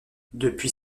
depuis